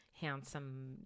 handsome